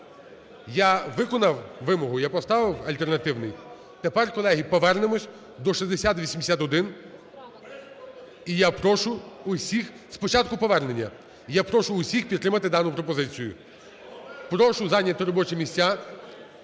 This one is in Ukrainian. Я виконав вимогу, я поставив альтернативний. Тепер, колеги, повернемося до 6081. І я прошу усіх... Спочатку – повернення, я прошу усіх підтримати дану пропозицію. Прошу зайняти робочі місця